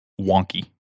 wonky